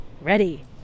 ready